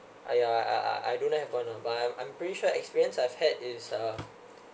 !aiya! I I I don't have one lah but I'm I'm pretty sure experience I've had is uh